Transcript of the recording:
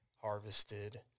harvested